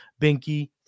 binky